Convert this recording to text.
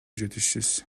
жетишсиз